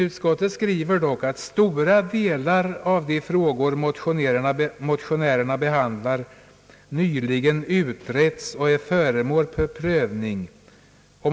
Utskottet skriver dock att »stora delar av de frågor motionärerna behandlar nyligen utretts och är föremål för vidare prövning».